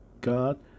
god